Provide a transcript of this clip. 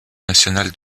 national